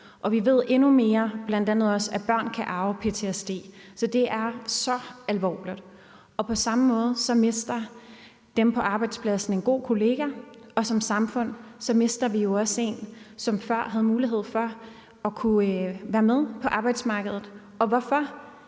og vi ved endnu mere, bl.a. også, at børn kan arve ptsd, så det er så alvorligt. På samme måde mister dem på arbejdspladsen en god kollega, og som samfund mister vi jo også en, som før havde mulighed for at være med på arbejdsmarkedet, og hvorfor?